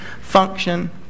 function